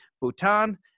Bhutan